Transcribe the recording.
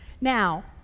Now